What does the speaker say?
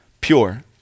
pure